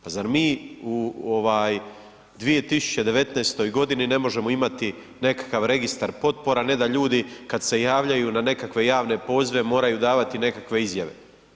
Pa zar mi u 2019. g. ne možemo imati nekakav registar potpora a ne da ljudi kad se javljaju na nekakve javne pozive moraju davati nekakve izjave?